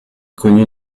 connu